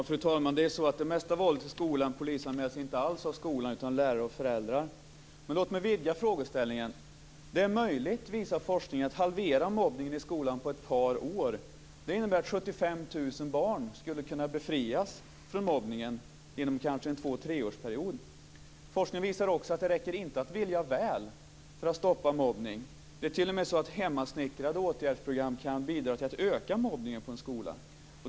Fru talman! Det är så att det mesta våldet i skolan inte alls polisanmäls av skolan utan av lärare och föräldrar. Låt mig vidga frågeställningen. Forskningen visar att det är möjligt att på ett par år halvera mobbningen i skolan. Det innebär att 75 000 barn skulle kunna befrias från mobbningen, kanske inom en period av två tre år. Forskningen visar också att det inte räcker att vilja väl för att stoppa mobbningen. Hemmasnickrade åtgärdsprogram kan t.o.m. bidra till en ökning av mobbningen på en skola.